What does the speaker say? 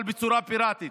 אבל בצורה פיראטית.